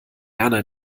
erna